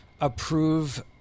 approve